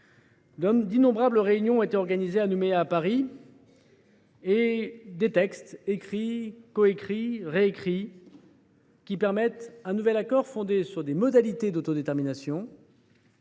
D’innombrables réunions ont été organisées à Nouméa et à Paris. Plusieurs textes écrits, coécrits ou réécrits rendent possible un nouvel accord, fondé sur des modalités d’autodétermination,